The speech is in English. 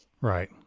Right